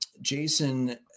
Jason